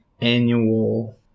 annual